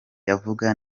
yavuga